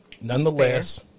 Nonetheless